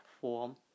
form